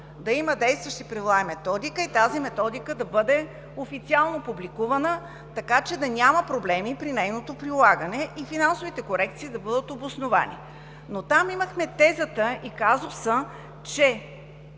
да има действащи правила и методика и тази методика да бъде официално публикувана, за да няма проблеми при нейното прилагане и финансовите корекции да бъдат обосновани. Но там имахме тезата и казуса, че